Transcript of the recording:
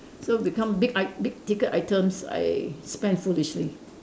so become big I big ticket items I spend foolishly